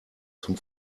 zum